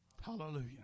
Hallelujah